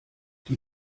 die